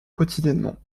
quotidiennement